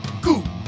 Goop